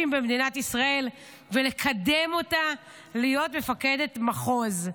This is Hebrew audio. במדינת ישראל ולקדם אותה להיות מפקדת מחוז.